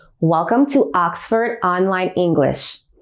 welcome to oxford online english!